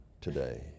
today